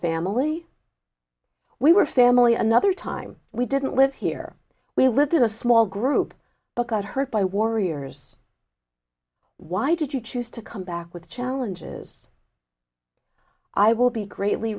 family we were family another time we didn't live here we lived in a small group got hurt by warriors why did you choose to come back with challenges i will be greatly